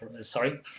sorry